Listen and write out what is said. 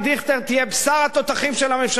תהיה בשר התותחים של הממשלה הזאת.